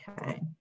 Okay